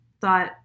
thought